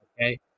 okay